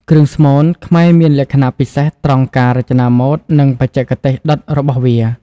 គ្រឿងស្មូន ខ្មែរមានលក្ខណៈពិសេសត្រង់ការរចនាម៉ូដ និងបច្ចេកទេសដុតរបស់វា។